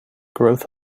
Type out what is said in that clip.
growth